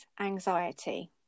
anxiety